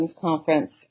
Conference